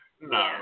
No